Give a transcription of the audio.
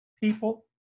people